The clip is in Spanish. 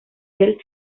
del